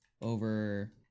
over